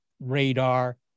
radar